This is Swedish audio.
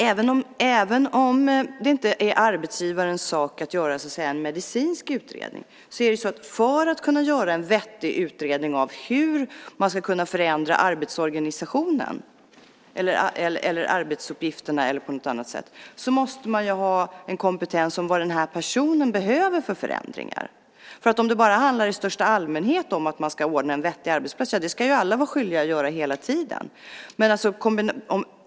Även om det inte är arbetsgivarens sak att så att säga göra en medicinsk utredning är det så att man, för att kunna göra en vettig utredning av hur man ska kunna förändra till exempel arbetsorganisationen eller arbetsuppgifterna, måste ha en kompetens när det gäller de förändringar personen i fråga behöver. Om det bara handlar om att i största allmänhet ordna en vettig arbetsplats så är det något som alla hela tiden ska vara skyldiga att göra.